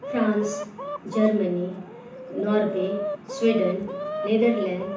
France Germany Norway Sweden Netherlands